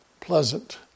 pleasant